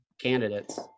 candidates